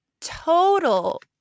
total